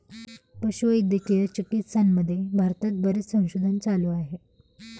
पशुवैद्यकीय चिकित्सामध्ये भारतात बरेच संशोधन चालू आहे